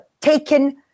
taken